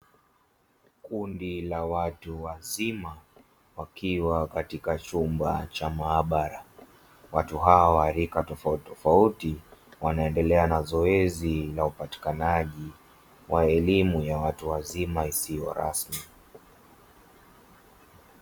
Kundi la watu wazima wakiwa katika chumba cha maabara, watu hawa wa rika tofautitofauti wanaendelea na zoezi la upatikanaji wa elimu ya watu wazima, isiyo rasmi.